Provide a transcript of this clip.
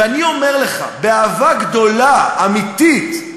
ואני אומר לך באהבה גדולה, אמיתית: